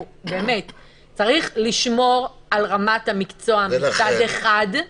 צריך לשמור על רמת המקצוע מצד אחד,